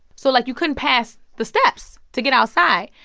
so like, you couldn't pass the steps to get outside.